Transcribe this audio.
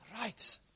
Right